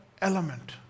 element